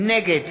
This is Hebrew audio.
נגד